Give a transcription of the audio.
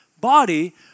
body